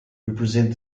represent